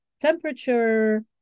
temperature